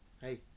Hey